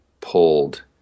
pulled